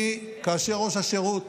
כאשר ראש השירות